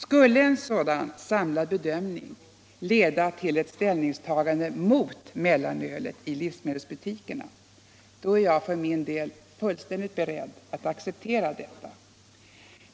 Skulle en sådan samlad bedömning leda till ett ställningstagande mot mellanölet i livsmedelsbutikerna, då är också jag beredd att acceptera detta.